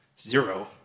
Zero